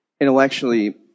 intellectually